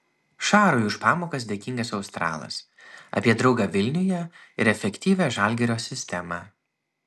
šarui už pamokas dėkingas australas apie draugą vilniuje ir efektyvią žalgirio sistemą